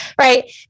Right